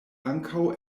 ankaŭ